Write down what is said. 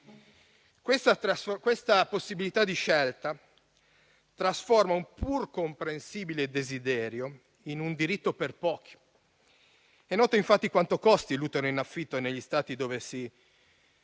Questa possibilità di scelta trasforma un pur comprensibile desiderio in un diritto per pochi. È noto, infatti, quanto costi l'utero in affitto negli Stati dove tale